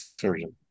surgeon